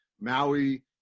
Maui